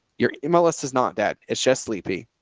your mls is not that it's just sleepy.